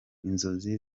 inzozi